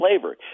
flavor